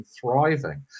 thriving